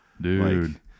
dude